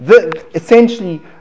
Essentially